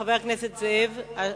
חבר הכנסת זאב.